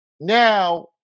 Now